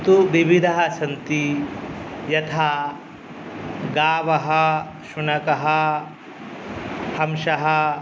तु विविधाः सन्ति यथा गावः शुनकः हंसः